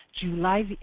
July